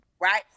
right